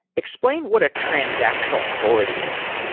explain what a transactional authority is.